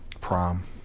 prom